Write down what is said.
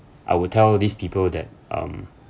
I will tell these people that um